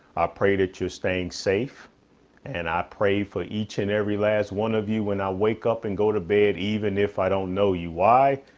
pray that you're staying safe and i pray for each and every last one of you when i wake up and go to bed. even if i don't know you. why?